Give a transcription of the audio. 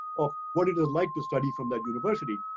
of what it is like to study from that university.